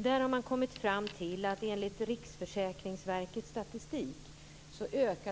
Där har man kommit fram till att